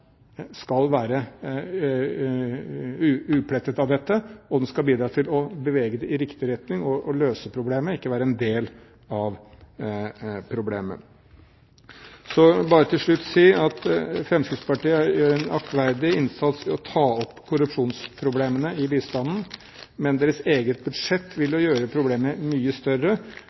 skal være uplettet av dette, og den skal bidra til å bevege det i riktig retning og løse problemet, ikke være en del av problemet. Så vil jeg bare til slutt si at Fremskrittspartiet gjør en aktverdig innsats ved å ta opp korrupsjonsproblemene i bistanden. Men deres eget budsjett vil jo gjøre problemet mye større